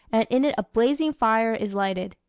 and in it a blazing fire is lighted.